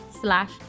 slash